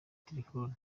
telefoni